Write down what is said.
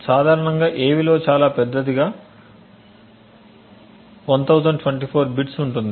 సాధారణంగా a విలువ చాలా పెద్దదిగా 1024 బిట్ ఉంటుంది